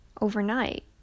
Overnight